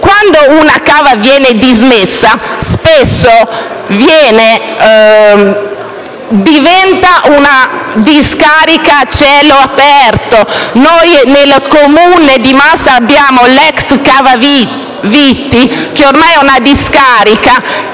quando viene dismessa, spesso diventa una discarica a cielo aperto. Nel Comune di Massa, l'ex cava Viti ormai è una discarica